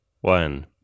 one